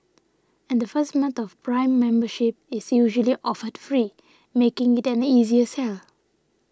and the first month of Prime membership is usually offered free making it an easier sell